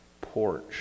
porch